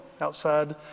outside